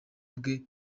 bwe